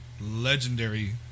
legendary